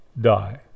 die